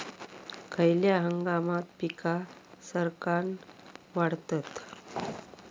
खयल्या हंगामात पीका सरक्कान वाढतत?